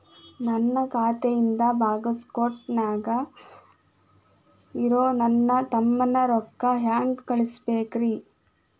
ನನ್ನ ಖಾತೆಯಿಂದ ಬಾಗಲ್ಕೋಟ್ ನ್ಯಾಗ್ ಇರೋ ನನ್ನ ತಮ್ಮಗ ರೊಕ್ಕ ಹೆಂಗ್ ಕಳಸಬೇಕ್ರಿ?